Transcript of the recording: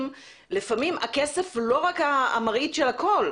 לפעמים הכסף הוא לא רק המראית של הכול.